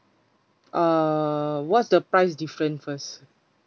uh what's the price different first